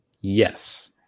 Yes